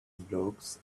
blocks